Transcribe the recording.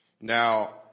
Now